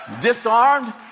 disarmed